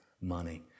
money